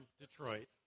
Detroit